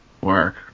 work